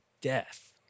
death